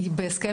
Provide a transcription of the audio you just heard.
--- בהסכם